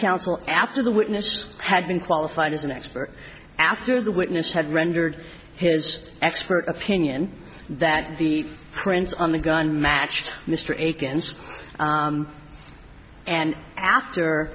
counsel after the witness had been qualified as an expert after the witness had rendered his expert opinion that the prints on the gun matched mr akin's and after